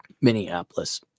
Minneapolis